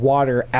Water